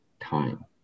time